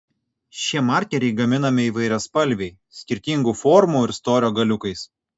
šie markeriai gaminami įvairiaspalviai skirtingų formų ir storio galiukais